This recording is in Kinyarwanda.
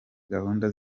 gahunda